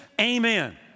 Amen